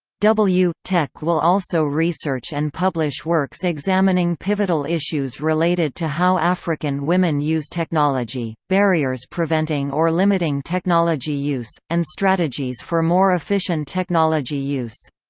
w tec will also research and publish works examining pivotal issues related to how african women use technology, barriers preventing or limiting technology use, and strategies for more efficient technology use.